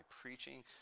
preaching